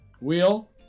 Wheel